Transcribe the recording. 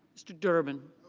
mr. durbin.